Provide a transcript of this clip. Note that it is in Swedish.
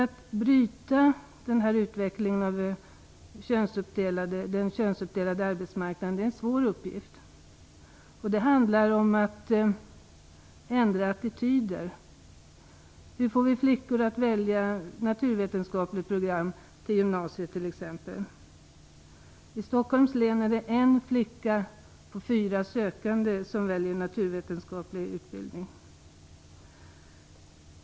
Att bryta utvecklingen med den könsuppdelade arbetsmarknaden är en svår uppgift. Det handlar om att ändra attityder. Hur kan vi få flickor att välja naturvetenskapligt program på gymnasiet t.ex.? I Stockholms län är det en flicka av fyra sökande som väljer naturvetenskaplig utbildning.